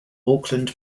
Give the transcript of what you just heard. auckland